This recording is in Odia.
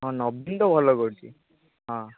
ହଁ ନବୀନ ତ ଭଲ କରିଛି ହଁ